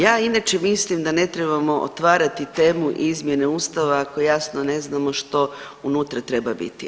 Ja inače mislim da ne trebamo otvarati temu izmjene Ustava ako jasno ne znamo što unutra treba biti.